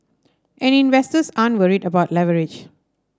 and investors aren't worried about leverage